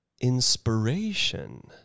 inspiration